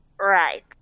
Right